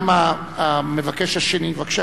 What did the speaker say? בבקשה,